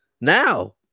now